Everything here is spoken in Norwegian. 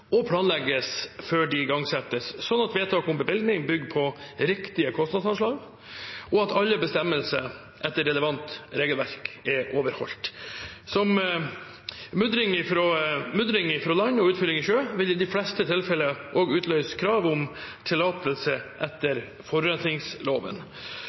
og planlegges før de igangsettes, slik at vedtak om bevilgning bygger på riktige kostnadsanslag, og at alle bestemmelser etter relevant regelverk er overholdt. Mudring fra land og utfylling i sjø vil i de fleste tilfeller også utløse krav om tillatelse